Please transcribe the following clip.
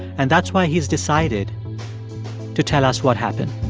and that's why he's decided to tell us what happened